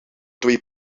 twee